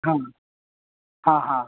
हां हां हां